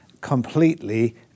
completely